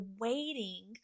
waiting